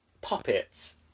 puppets